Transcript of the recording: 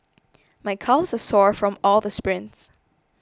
my calves are sore from all the sprints